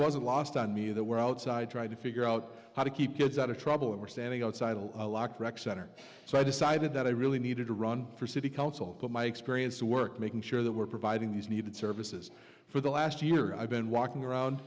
wasn't lost on me that we're outside trying to figure out how to keep kids out of trouble we're standing outside a wreck center so i decided that i really needed to run for city council put my experience to work making sure that we're providing these needed services for the last year i've been walking around